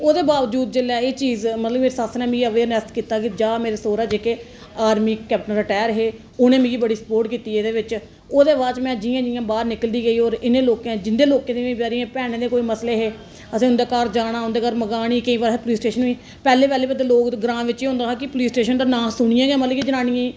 ओह्दे बावजूद जेल्लै एह् चीज मतलब कि मेरी सस्स ने मिगी अवेयरनैस कीता कि जा मेरे सौहरे जेह्के आर्मी कैप्टन रटैर हे उ'नें मिगी बड़ी सपोर्ट कीती एह्दे बिच्च ओह्दे बाद च में जियां जियां बाहर निकलदी गेई होर इ'नें लोकें दे जिनें बी बेचारियें भैनें दे कोई मसले हे असें उं'दे घर जाना उं'दे घर मकानी ते केईं बार असें पुलिस स्टेशन बी पैह्लें पैह्लें मतलब कि लोक ग्रांऽ बिच्च एह् होंदा कि पुलिस स्टेशन दा नांऽ सुनियै गै मतलब कि जनानियें गी